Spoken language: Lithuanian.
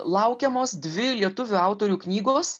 laukiamos dvi lietuvių autorių knygos